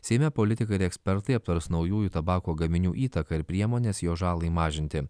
seime politikai ekspertai aptars naujųjų tabako gaminių įtaką ir priemones jo žalai mažinti